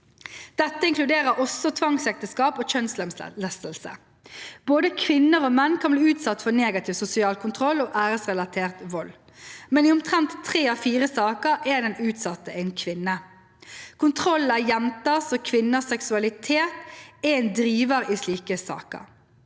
Dette inkluderer også tvangsekteskap og kjønnslemlestelse. Både kvinner og menn kan bli utsatt for negativ sosial kontroll og æresrelatert vold, men i omtrent tre av fire saker er den utsatte en kvinne. Kontroll av jenters og kvinners seksualitet er en driver i slike saker.